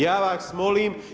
Ja vas molim.